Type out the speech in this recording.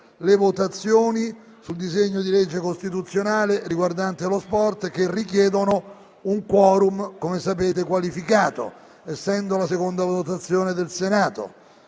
le votazioni sul disegno di legge costituzionale riguardante lo sport, che richiedono un *quorum* qualificato, essendo la seconda votazione del Senato.